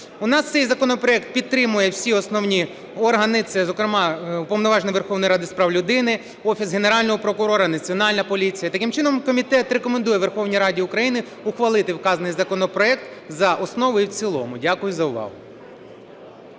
У нас цей законопроект підтримують всі основні органи. Це, зокрема, Уповноважений Верховної Ради з прав людини, Офіс Генерального прокурора, Національна поліція. Таким чином, комітет рекомендує Верховній Раді України ухвалити вказаний законопроект за основу і в цілому. Дякую за увагу.